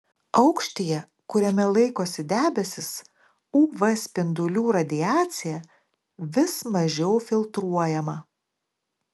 aukštyje kuriame laikosi debesys uv spindulių radiacija vis mažiau filtruojama